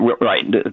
right